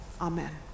amen